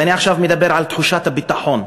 ואני עכשיו מדבר על תחושת הביטחון.